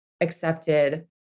accepted